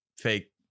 fake